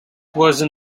version